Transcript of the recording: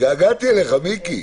התגעגעתי אליך, מיקי.